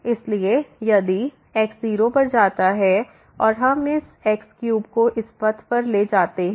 इसलिए यदि x 0 पर जाता है और हम इस x3 को इस पाथ पर ले जाते हैं